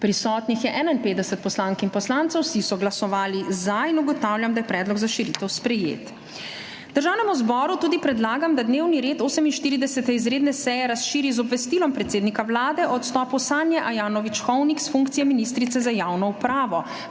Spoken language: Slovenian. Prisotnih je 51 poslank in poslancev, vsi so glasovali za. (Za je glasovalo 51.) (Proti nihče.) Ugotavljam, da je predlog za širitev sprejet. Državnemu zboru tudi predlagam, da dnevni red 48. izredne seje razširi z Obvestilom predsednika Vlade o odstopu Sanje Ajanović Hovnik s funkcije ministrice za javno upravo.